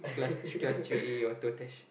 class thr~ class three A or